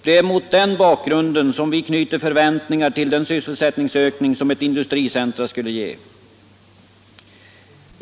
Det är mot den bakgrunden som vi knyter förväntningar till den sysselsättningsökning som ett industricentrum skulle ge.